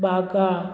Baga